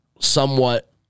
Somewhat